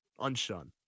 Unshun